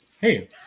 Hey